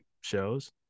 shows